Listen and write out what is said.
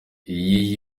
iyi